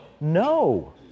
no